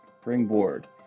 Springboard